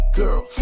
girl